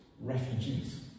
refugees